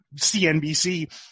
CNBC